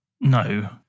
No